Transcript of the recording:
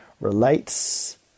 relates